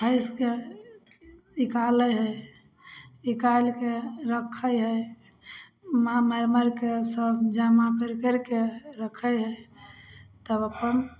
फँसिके निकालै हइ निकालिके रखै हइ एहिना मारि मारिके सब जमा करि करिके रखै हइ तब अपन